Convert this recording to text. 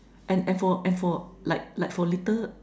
and and for and for like like for little